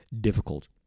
difficult